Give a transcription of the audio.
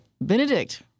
Benedict